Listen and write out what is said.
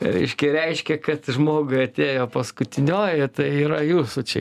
reiškia reiškia kad žmogui atėjo paskutinioji tai yra jūsų čia